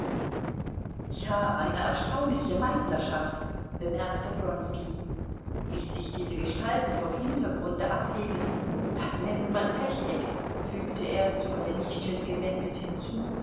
ja eine erstaunliche meisterschaft bemerkte wronski wie sich diese gestalten vom hintergrunde abheben das nennt man technik fügte er zu golenischtschew gewendet hinzu